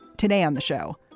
today on the show.